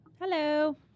Hello